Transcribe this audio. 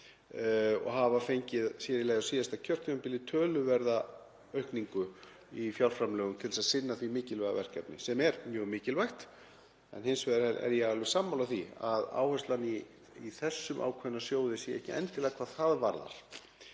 og hafa fengið, sér í lagi á síðasta kjörtímabili, töluverða aukningu í fjárframlögum til að sinna því mikilvæga verkefni — sem er mjög mikilvægt. Hins vegar er ég alveg sammála því að áherslan í þessum ákveðna sjóði sé ekki endilega hvað það varðar